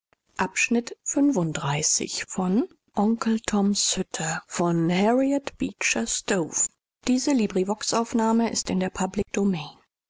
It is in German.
galt in der